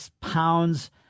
pounds